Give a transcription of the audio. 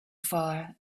fire